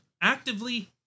Actively